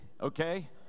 okay